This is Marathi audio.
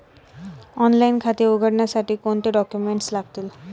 ऑनलाइन खाते उघडण्यासाठी कोणते डॉक्युमेंट्स लागतील?